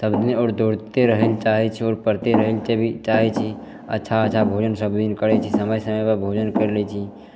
सबदिन आओर दौड़ते रहै ले चाहै छी आओर पढ़िते रहैके भी चाहै छी अच्छा अच्छा भोजन सबदिन करै छी समय समयपर भोजन करि लै छी